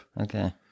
Okay